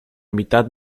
mitad